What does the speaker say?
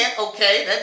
Okay